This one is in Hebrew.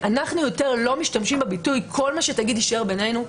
אנחנו לא משתמשים בביטוי: כל מה שתגיד לי יישאר בינינו,